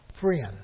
Friend